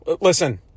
Listen